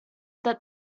that